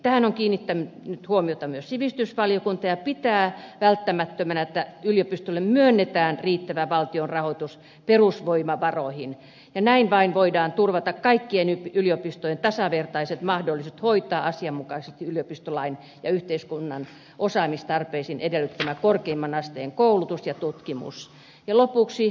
tähän on kiinnittänyt huomiota myös sivistysvaliokunta ja pitää välttämättömänä että yliopistoille myönnetään riittävä valtion rahoitus perusvoimavaroihin ja vain näin voidaan turvata kaikkien yliopistojen tasavertaiset mahdollisuudet hoitaa asianmukaisesti yliopistolain ja yhteiskunnan osaamistarpeiden edellyttämä korkeimman asteen koulutus ja tutkimus